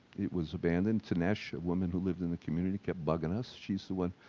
it was abandoned, tinesh, a woman who lived in the community kept bugging us. she's the one,